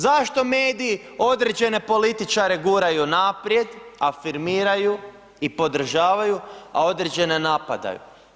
Zašto mediji određene političare guraju naprijed, afirmiraju i podržavaju, a određene napadaju?